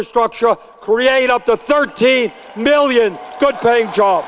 structure create up to thirteen million good paying job